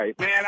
Man